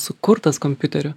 sukurtas kompiuteriu